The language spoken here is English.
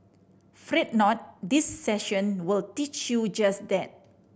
fret not this session will teach you just that